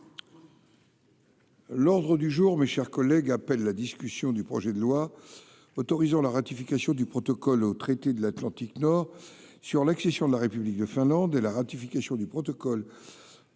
L'ordre du jour, mes chers collègues, appelle la discussion du projet de loi autorisant la ratification du protocole au traité de l'Atlantique nord sur l'accession de la République de Finlande et la ratification du protocole